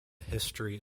history